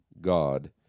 God